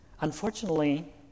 Unfortunately